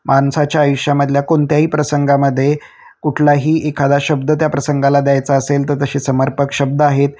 माणसाच्या आयुष्यामधल्या कोणत्याही प्रसंगामध्ये कुठलाही एखादा शब्द त्या प्रसंगाला द्यायचा असेल तर तसे समर्पक शब्द आहेत